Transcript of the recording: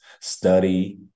study